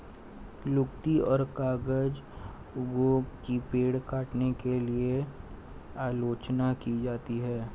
लुगदी और कागज उद्योग की पेड़ काटने के लिए आलोचना की जाती है